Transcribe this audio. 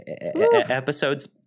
episodes